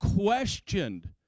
questioned